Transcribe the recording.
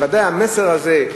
ודאי המסר הזה,